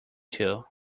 too